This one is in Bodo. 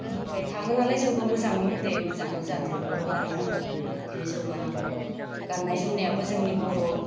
इनिफ्राय थाङो नालाय जोंबो मोजां मोनो दे मोजांल' जाथो बर' हारिया इदिनो जौगानांगो गाननाय जोमनायाबो जोंनि बर'फ्रासो